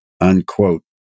unquote